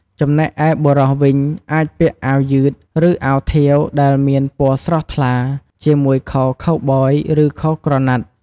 ចំណែកឯបុរសវិញ អាចពាក់អាវយឺត ឬអាវធាវដែលមានពណ៌ស្រស់ថ្លា ជាមួយខោខូវប៊យ ឬខោក្រណាត់។